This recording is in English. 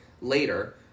later